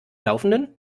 laufenden